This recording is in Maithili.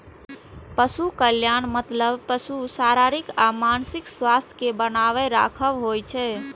पशु कल्याणक मतलब पशुक शारीरिक आ मानसिक स्वास्थ्यक कें बनाके राखब होइ छै